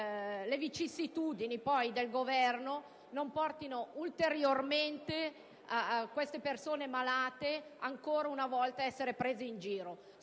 le vicissitudini del Governo non debbano portare ulteriormente queste persone malate, ancora una volta, ad essere prese in giro.